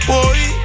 Boy